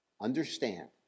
Understand